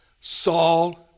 Saul